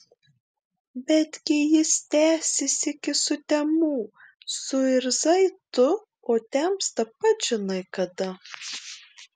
betgi jis tęsis iki sutemų suirzai tu o temsta pats žinai kada